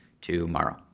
tomorrow